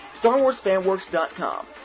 StarWarsFanWorks.com